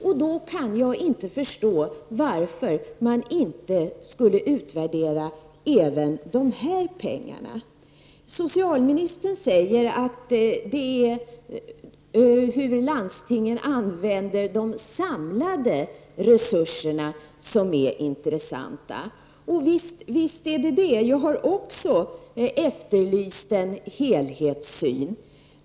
Jag kan då inte förstå varför man då inte också skulle utvärdera dessa pengar. Socialministern säger att det intressanta är hur landstingen använder de samlade resurserna. Visst är det intressant. Jag har också efterlyst en helhetssyn.